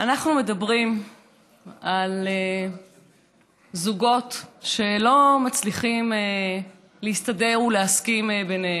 אנחנו מדברים על זוגות שלא מצליחים להסתדר ולהסכים ביניהם.